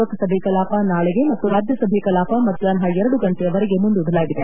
ಲೋಕಸಭೆ ಕಲಾಪ ನಾಳಿಗೆ ಮತ್ತು ರಾಜ್ಯಸಭೆ ಕಲಾಪ ಮಧ್ಯಾಪ್ನ ಎರಡು ಗಂಟೆವರೆಗೆ ಮುಂದೂಡಲಾಗಿದೆ